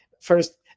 first